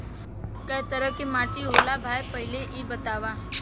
कै तरह के माटी होला भाय पहिले इ बतावा?